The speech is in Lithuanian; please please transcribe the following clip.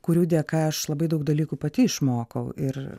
kurių dėka aš labai daug dalykų pati išmokau ir